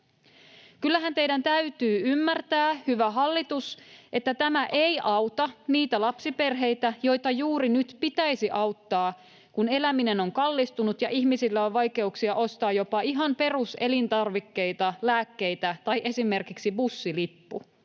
Kyllähän teidän täytyy ymmärtää, hyvä hallitus, että tämä ei auta niitä lapsiperheitä, joita juuri nyt pitäisi auttaa, kun eläminen on kallistunut ja ihmisillä on vaikeuksia ostaa jopa ihan peruselintarvikkeita, lääkkeitä tai esimerkiksi bussilippu.